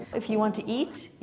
if you want to eat,